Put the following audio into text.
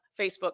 Facebook